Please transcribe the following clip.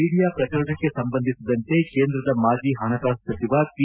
media ಪ್ರಕರಣಕ್ಕೆ ಸಂಬಂಧಿಸಿದಂತೆ ಕೇಂದ್ರದ ಮಾಜಿ ಪಣಕಾಸು ಸಚಿವ ಪಿ